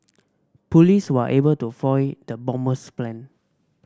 police were able to foil the bomber's plan